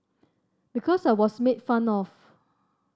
because I was made fun of